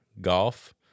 golf